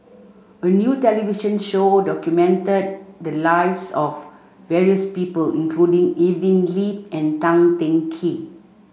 a new television show documented the lives of various people including Evelyn Lip and Tan Teng Kee